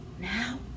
now